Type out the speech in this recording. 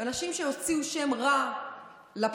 ואנשים שהוציאו שם רע לפוליטיקאים,